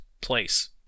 place